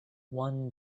one